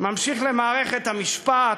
ממשיך למערכת המשפט,